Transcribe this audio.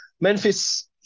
Memphis